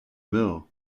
mill